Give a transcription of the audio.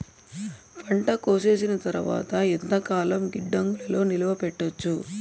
పంట కోసేసిన తర్వాత ఎంతకాలం గిడ్డంగులలో నిలువ పెట్టొచ్చు?